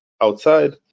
outside